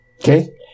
Okay